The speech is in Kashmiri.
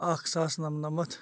اَکھ ساس نَمنَمَتھ